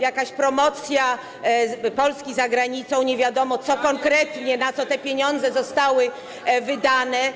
Jakaś promocja Polski za granicą - nie wiadomo, na co konkretnie te pieniądze zostały wydane.